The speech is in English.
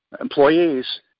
employees